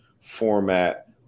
format